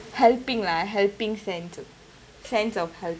helping lah helping sense to sense of helping